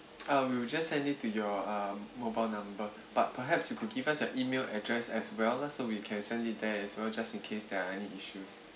uh we will just send it to your um mobile number but perhaps you could give us an email address as well just so we can send it there as well just in case there are any issues